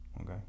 okay